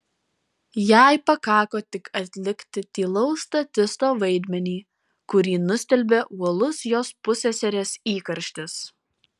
jai pakako tik atlikti tylaus statisto vaidmenį kurį nustelbė uolus jos pusseserės įkarštis